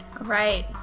Right